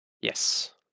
Yes